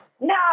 No